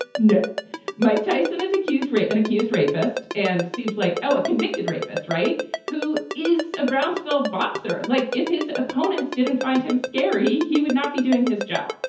no mike tyson is accused. right. and accused rapist and seems like a convicted rapist. right. who is a brownsville boxer. like if his opponents didn't find him scary. he would not be doing his job.